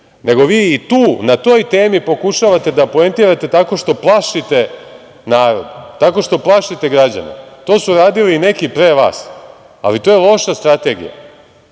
nego vi i tu i na toj temi pokušavate da poentirate tako što plašite narod, tako što plašite građane. To su radili i neki pre vas, ali to je loša strategija.